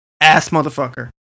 ass-motherfucker